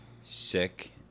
sick